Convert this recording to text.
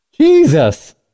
Jesus